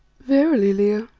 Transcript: verily, leo,